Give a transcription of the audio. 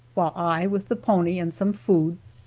while i, with the pony and some food,